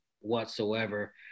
whatsoever